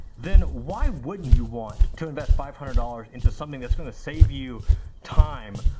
then why wouldn't you want to invest five hundred dollars into something that's going to save you time,